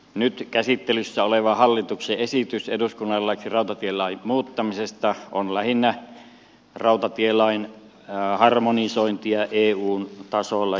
nyt käsittelyssä oleva hallituksen esitys eduskunnalle laiksi rautatielain muuttamisesta on lähinnä rautatielain harmonisointia eun tasolla